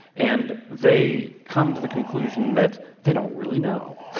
and they come to the conclusion that they don't really know.